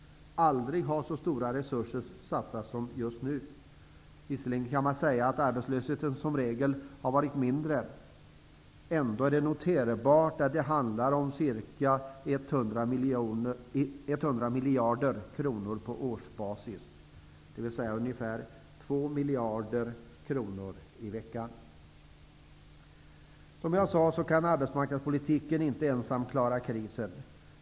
Aldrig tidigare har så stora resurser satsats som just nu. Visserligen kan man säga att arbetslösheten som regel har varit mindre. Ändå är det värt att notera att det handlar om ca 100 miljarder kronor på årsbasis, dvs. ungefär 2 miljarder kronor i veckan! Som jag har sagt kan man dock inte med endast arbetsmarknadspolitiken klara krisen.